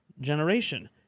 generation